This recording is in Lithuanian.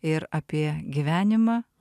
ir apie gyvenimą